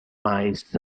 mais